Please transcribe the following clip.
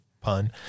pun